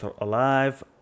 alive